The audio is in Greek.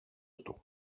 του